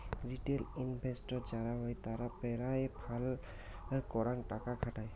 retail investor যারা হই তারা পেরায় ফাল করাং টাকা খাটায়